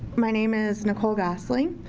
my name is nicole gossling.